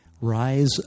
rise